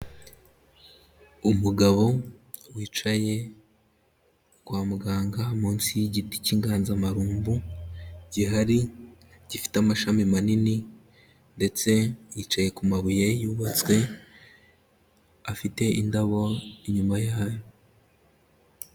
Umugabo wicaye kwa muganga munsi y'igiti k'inganzamarumbu gihari gifite amashami manini ndetse yicaye ku mabuye yubatswe afite indabo inyuma yayo.